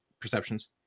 perceptions